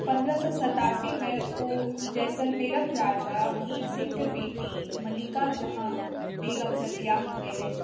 पन्द्रह सय सतासीमे ओ जैसलमेरक महाराजा भीम सिंहके बेटी मल्लिका जहाँ बेगमसँ बियाह कयलनि